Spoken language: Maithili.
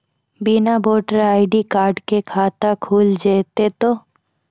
बिना वोटर आई.डी कार्ड के खाता खुल जैते तो?